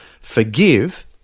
forgive